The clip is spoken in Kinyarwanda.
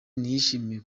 ntiyishimiye